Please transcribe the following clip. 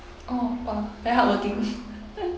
oh oh very hard working